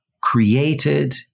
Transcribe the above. created